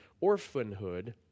orphanhood